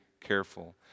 careful